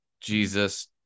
jesus